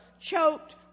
choked